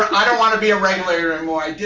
i don't want to be a regulator anymore.